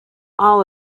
all